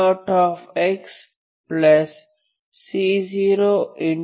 3x2 C01